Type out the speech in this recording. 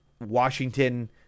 Washington